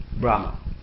Brahma